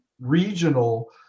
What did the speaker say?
regional